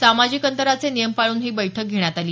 सामजिक अंतराचे नियम पाळून हे बैठक घेण्यात आली